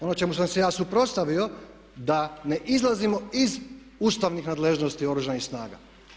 Ono čemu sam se ja suprotstavio da ne izlazimo iz ustavnih nadležnosti Oružanih snaga.